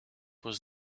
was